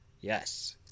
Yes